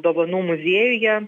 dovanų muziejuje